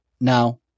Now